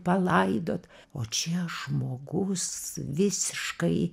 palaidot o čia žmogus visiškai